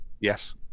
Yes